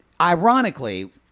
ironically